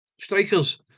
strikers